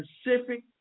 specific